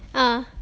ah